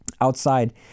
Outside